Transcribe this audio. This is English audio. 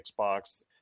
Xbox